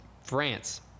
France